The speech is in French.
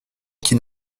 qui